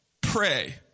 pray